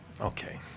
Okay